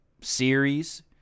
series